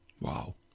Wow